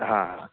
हां हां